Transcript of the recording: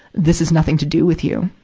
this is nothing to do with you.